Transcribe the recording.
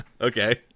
Okay